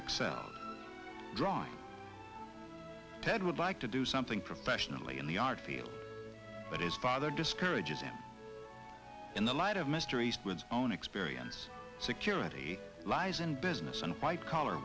excelled drawing ted would like to do something professionally in the art field but his father discourages him in the light of mr eastwood's own experience security lies in business and white collar